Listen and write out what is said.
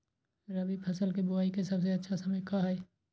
रबी फसल के बुआई के सबसे अच्छा समय का हई?